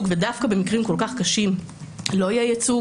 ודווקא במקרים כל כך קשים לא יהיה ייצוג,